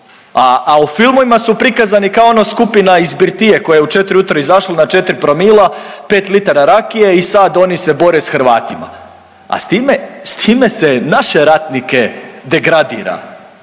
a u filmovima su prikazani kao ona skupina iz birtije koja je u 4 ujutro izašla na 4 promila, 5 litara rakije i sad oni se bore s Hrvatima. A s time, s time se naše ratnike degradira